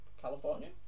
California